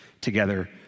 together